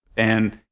and,